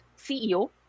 CEO